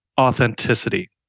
authenticity